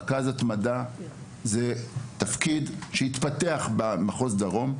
רכז התמדה זה תפקיד שהתפתח במחוז דרום,